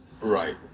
Right